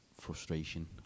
frustration